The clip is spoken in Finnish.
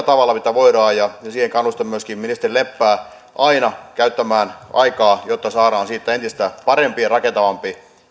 tavalla mitä voidaan ja siihen kannustan myöskin ministeri leppää aina käyttämään aikaa jotta saadaan siitä entistä parempi ja rakentavampi